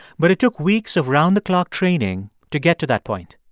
but it took weeks of round-the-clock training to get to that point.